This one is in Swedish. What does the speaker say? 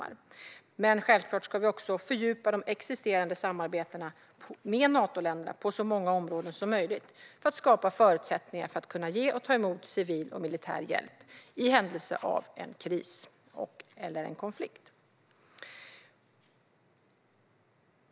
Men vi ska självklart också fördjupa existerande samarbeten med Natoländerna på så många områden som möjligt för att skapa förutsättningar att ge och ta emot civil och militär hjälp i händelse av en kris eller konflikt.